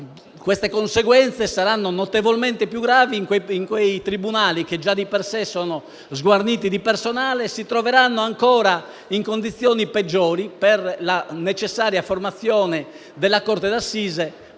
queste conseguenze saranno notevolmente più gravi in quei tribunali, che già di per sé sono sguarniti di personale e che si troveranno ancora in condizioni peggiori, per la necessaria formazione della corte d'assise,